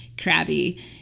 crabby